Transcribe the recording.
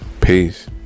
Peace